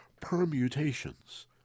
permutations